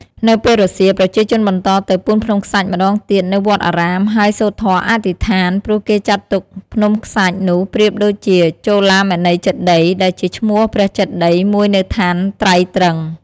នៅពេលរសៀល ប្រជាជនបន្តទៅ ពូនភ្នំខ្សាច់ម្តងទៀតនៅវត្តអារាម ហើយសូត្រធម៌អធិដ្ឋាន ព្រោះគេចាត់ទុកភ្នំខ្សាច់នោះប្រៀបដូចជាចូឡាមនីចេតិយ ដែលជាឈ្មោះព្រះចេតិយ មួយនៅឋានត្រៃត្រិង្ស។